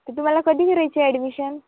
तर तुम्हाला कधी करायची आहे ॲडमिशन